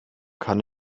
kann